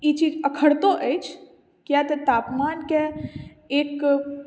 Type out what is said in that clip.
ई चीज अखड़ितो अछि किआ तऽ तापमान के एक